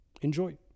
Enjoy